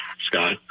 Scott